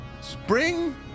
spring